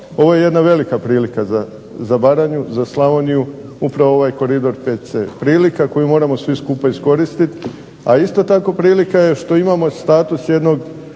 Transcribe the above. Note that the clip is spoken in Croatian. Ovo je jedna velika prilika za Baranju za slavoniju, ovaj koridor VC, prilika koju moramo svi skupa iskoristiti ali isto tako prilika je što imamo status jednog